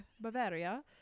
Bavaria